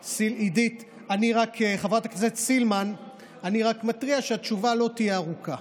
אני רק מתריע שהתשובה לא תהיה ארוכה,